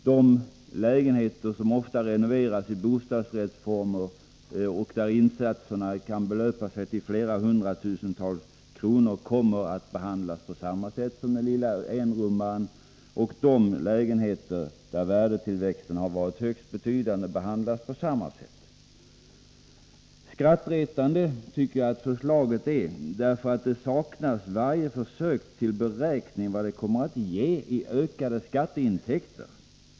De lägenheter som efter renovering ofta upplåts med bostadsrätt och där insatserna kan belöpa sig till flera hundra tusen kronor samt de lägenheter vilkas värdetillväxt varit högst betydande kommer att behandlas på samma sätt som den lilla enrummaren. Skrattretande tycker jag att förslaget är därför att det saknar varje försök till beräkning av vad det kommer att ge i ökade skatteintäkter.